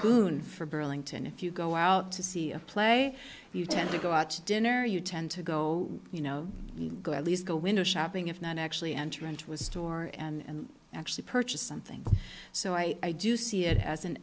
boon for burlington if you go out to see a play you tend to go out to dinner you tend to go you know go at least go window shopping if not actually enter into a store and actually purchase something so i do see it as an